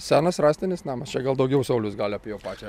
senas rąstinis namas čia gal daugiau saulius gali apie jau pačią